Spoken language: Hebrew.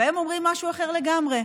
והם אומרים משהו אחר לגמרי.